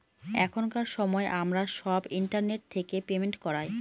এখনকার সময় আমরা সব ইন্টারনেট থেকে পেমেন্ট করায়